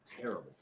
terrible